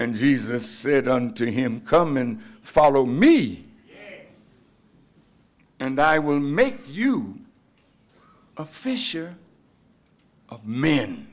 and jesus said unto him come and follow me and i will make you a fish or a man